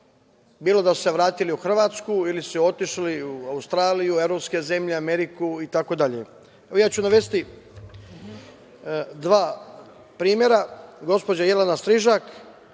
bilo da su se vratili u Hrvatsku ili su otišli u Australiju, evropske zemlje, Ameriku, itd. Ja ću navesti dva primera.